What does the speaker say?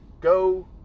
go